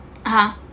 (uh huh)